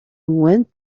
went